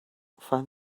find